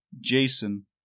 Jason